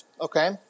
Okay